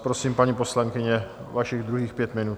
Prosím, paní poslankyně, vašich druhých pět minut.